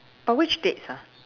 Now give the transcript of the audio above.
but which dates ah